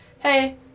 hey